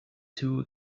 too